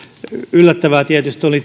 yllättävää tietysti oli